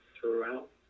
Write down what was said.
throughout